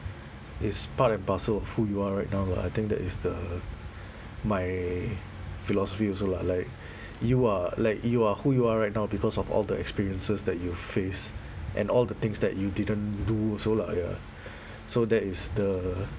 is part and parcel of who you are right now lah I think that is the my philosophy also lah like you are like you are who you are right now because of all the experiences that you faced and all the things that you didn't do so like ya so that is the